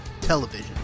television